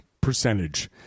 percentage